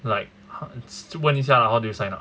like how 就问下来 lah how did you sign up